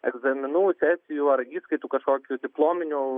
egzaminų sesijų ar įskaitų kažkokių diplominių